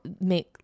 make